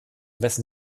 wessen